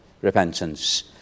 repentance